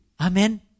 Amen